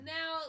Now